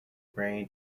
brain